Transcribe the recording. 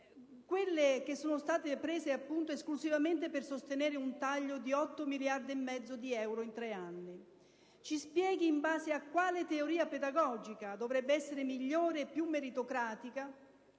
definite - in misure assunte esclusivamente per sostenere un taglio di 8 miliardi e mezzo di euro in tre anni. Ci spieghi in base a quale teoria pedagogica dovrebbe essere migliore e più meritocratica